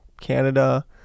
Canada